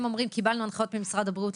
הם אומרים: קיבלנו הנחיות ממשרד הבריאות.